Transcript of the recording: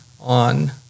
on